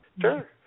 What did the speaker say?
Sure